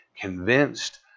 convinced